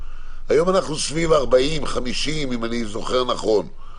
היום אנחנו סביב 50-40 אם אני זוכר נכון.